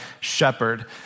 shepherd